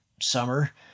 summer